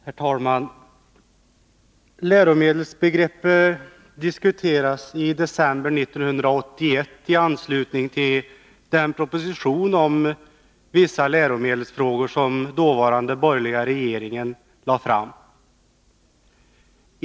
Herr talman! Läromedelsbegreppet diskuterades i december 1981 i anslutning till behandlingen av den proposition om vissa läromedelsfrågor som den dåvarande borgerliga regeringen lagt fram.